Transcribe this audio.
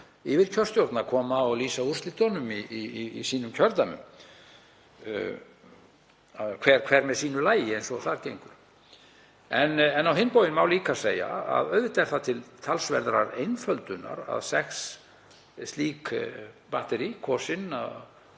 yfirkjörstjórna koma og lýsa úrslitunum í sínum kjördæmum, hver með sínu lagi eins og gengur. En á hinn bóginn má segja að auðvitað sé það til talsverðrar einföldunar að sex slík batterí, kosin